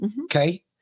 Okay